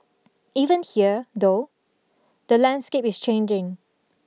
even here though the landscape is changing